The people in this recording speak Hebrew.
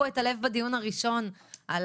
כאן